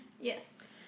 Yes